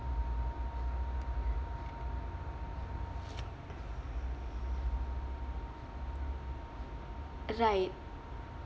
right